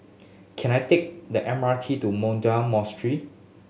can I take the M R T to Mahabodhi Monastery